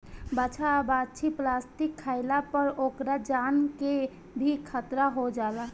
बाछा आ बाछी प्लास्टिक खाइला पर ओकरा जान के भी खतरा हो जाला